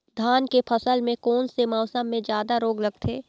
धान के फसल मे कोन से मौसम मे जादा रोग लगथे?